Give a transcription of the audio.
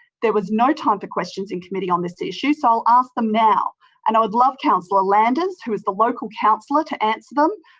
there was no time for questions in committee on this issue so i will ask them now and i would love councillor landers, who is the local councillor, to answer them.